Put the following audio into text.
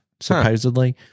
supposedly